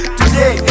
today